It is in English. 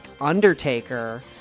Undertaker